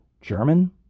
German